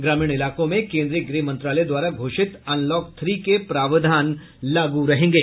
ग्रामीण इलाकों में कोन्द्रीय गृह मंत्रालय द्वारा घोषित अनलॉक थ्री के प्रावधान लागू रहेंगे